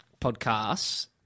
podcasts